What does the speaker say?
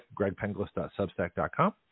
gregpenglis.substack.com